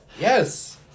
Yes